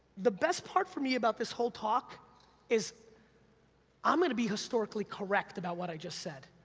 the best part for me about this whole talk is i'm gonna be historically correct about what i just said,